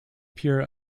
pure